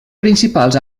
principals